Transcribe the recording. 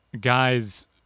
guys